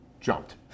jumped